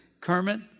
Kermit